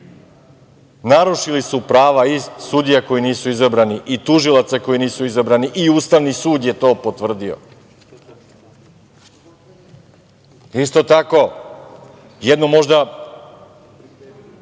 Narušili su prava i sudija koji nisu izabrani i tužilaca koji nisu izabrani. Ustavni sud je to potvrdio. Isto tako, jedno možda